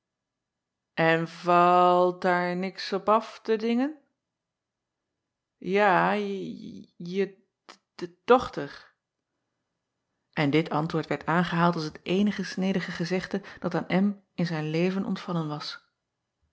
n va alt daar niks op af te dingen a j je de dochter n dit antwoord werd aangehaald als het eenige snedïge gezegde dat aan in zijn leven ontvallen was